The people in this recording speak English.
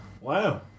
Wow